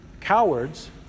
Cowards